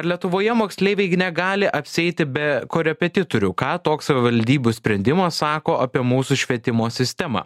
ar lietuvoje moksleiviai gi negali apsieiti be korepetitorių ką toks savivaldybių sprendimas sako apie mūsų švietimo sistemą